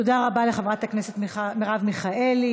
תודה רבה לחברת הכנסת מרב מיכאלי,